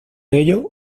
ello